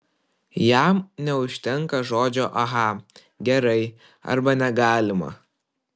jam neužtenka žodžio aha gerai arba negalima